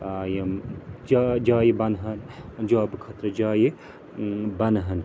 ٲں یِم جایہِ بنہٕ ہان جوٛابہٕ خٲطرٕ جایہِ بَنہٕ ہان